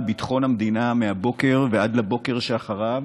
ביטחון המדינה מהבוקר ועד לבוקר שאחריו,